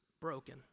broken